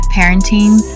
parenting